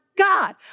God